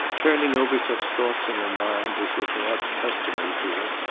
turning over such thoughts in her mind as were perhaps customary to her.